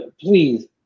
please